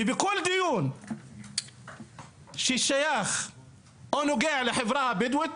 ובכל דיון ששייך או נוגע לחברה הבדואית,